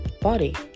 body